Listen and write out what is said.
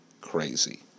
crazy